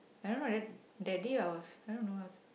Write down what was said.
I don't know that that day I was I don't know I